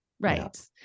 right